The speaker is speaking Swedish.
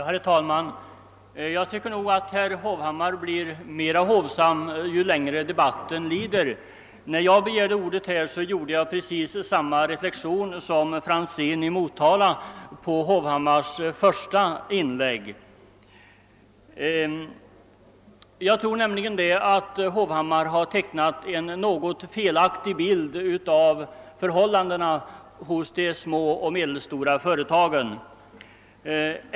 Herr talman! Jag tycker nog att herr Hovhammar blir mera hovsam ju längre debatten lider. När jag begärde ordet gjorde jag samma reflexion som herr Franzén i Motala på herr Hovhammars första inlägg. Jag tror att herr Hovhammar tecknat en något felaktig bild av förhållandena vid de små och medelstora företagen.